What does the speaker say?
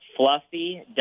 Fluffy